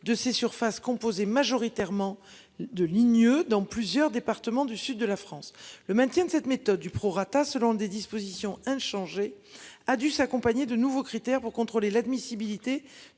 de ces surfaces composée majoritairement de ligne dans plusieurs départements du sud de la France, le maintien de cette méthode du prorata selon des dispositions inchangé a dû s'accompagner de nouveaux critères pour contrôler l'admissibilité